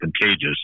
Contagious